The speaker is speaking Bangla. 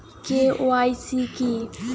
কে.ওয়াই.সি কি?